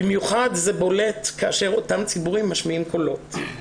במיוחד זה בולט כאשר אותם ציבורים משמיעים קולות.